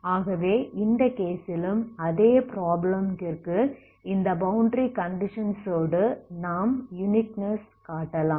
ஆகவே இந்த கேஸிலும் அதே ப்ராப்ளமிற்கு இந்த பௌண்டரி கண்டிஷன்ஸோடு நாம் யுனிக்னெஸ் காட்டலாம்